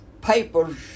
papers